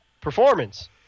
performance